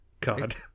God